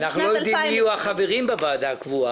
האישור בצורה פורמלית.